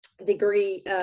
degree